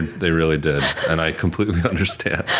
they really did. and i completely understand.